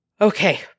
Okay